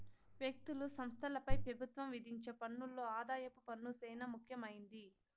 వ్యక్తులు, సంస్థలపై పెబుత్వం విధించే పన్నుల్లో ఆదాయపు పన్ను సేనా ముఖ్యమైంది